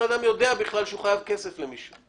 אדם יודע בכלל שהוא חייב כסף למישהו.